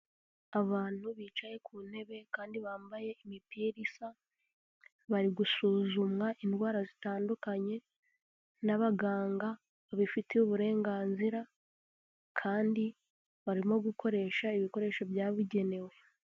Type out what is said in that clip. Abantu bicaye ku ntebe, kandi bambaye imipira isa, bari gusuzumwa indwara zitandukanye, n'abaganga babifitiye uburenganzira, kandi barimo gukoresha, ibikoresho byabugenewe.